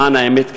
למען האמת,